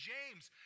James